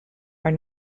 are